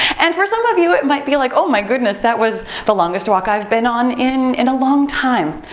and for some of you it might feel like oh my goodness, that was the longest walk i've been on in and a long time.